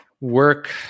work